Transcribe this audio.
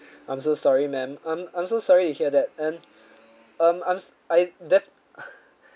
I'm so sorry ma'am um I'm so sorry to hear that and um I'm I def~